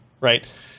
right